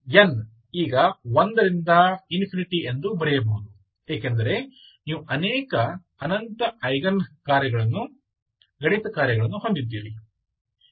n ಈಗ 1 ರಿಂದ ಎಂದು ಬರೆಯಬಹುದು ಏಕೆಂದರೆ ನೀವು ಅನಂತ ಅನೇಕ ಐಗನ್ ಗಣಿತಕಾರ್ಯಗಳನ್ನು ಹೊಂದಿದ್ದೀರಿ